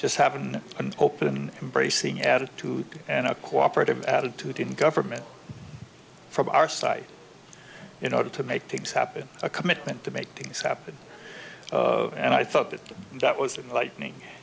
just happen an open bracing attitude and a cooperative attitude in government from our side in order to make things happen a commitment to make things happen and i thought that that was the lightning